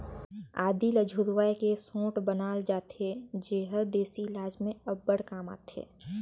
आदी ल झुरवाए के सोंठ बनाल जाथे जेहर देसी इलाज में अब्बड़ काम आथे